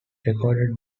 recorded